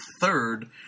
third